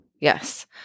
Yes